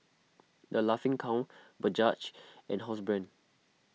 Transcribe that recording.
the Laughing Cow Bajaj and Housebrand